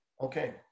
Okay